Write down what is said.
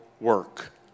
work